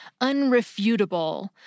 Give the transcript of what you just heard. unrefutable